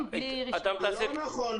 זה לא נכון.